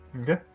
Okay